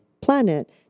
planet